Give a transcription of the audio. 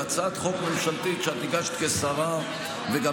זו הצעת חוק ממשלתית שהגשת כשרה וגם